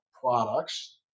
products